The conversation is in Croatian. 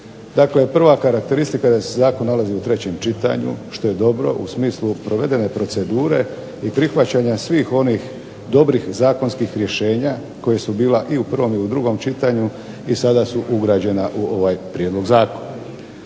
Dakle, prva karakteristika je da se zakon nalazi u trećem čitanju što je dobro u smislu provedene procedure i prihvaćanja svih onih dobrih zakonskih rješenja koja su bila i u prvom i u drugom čitanju i sada su ugrađena u ovaj prijedlog zakona.